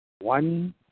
One